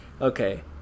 okay